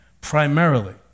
primarily